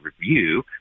review